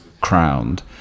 crowned